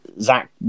zach